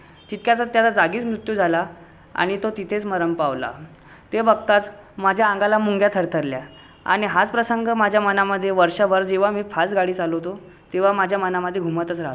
तितक्यातच त्याचा जागीच मृत्यू झाला आणि तो तिथेच मरण पावला ते बघताच माझ्या अंगाला मुंग्या थरथरल्या आणि हाच प्रसंग माझ्या मनामध्ये वर्षभर जेव्हा मी फास गाडी चालवतो तेव्हा माझ्या मनामध्ये घुमतच राहतो